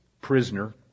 prisoner